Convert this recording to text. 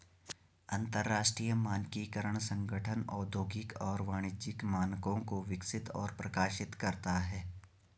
अंतरराष्ट्रीय मानकीकरण संगठन औद्योगिक और वाणिज्यिक मानकों को विकसित और प्रकाशित करता है